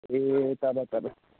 ए तब तब